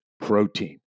protein